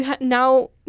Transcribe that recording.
now